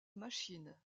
machine